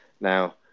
Now